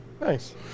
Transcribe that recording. Nice